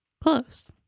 close